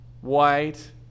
white